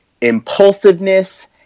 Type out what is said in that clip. impulsiveness